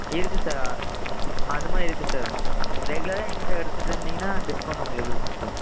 இருக்குது சார் அது மாதிரி இருக்குது சார் ரெகுலராக எங்கிட்ட எடுத்துகிட்ருந்தீங்கன்னா டிஸ்கௌண்ட் உங்களுக்கு இருக்குது சார்